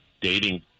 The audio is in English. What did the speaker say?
dating